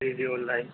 جی جی on line